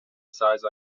size